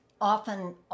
often